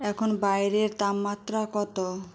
এখন বাইরের তাপমাত্রা কতো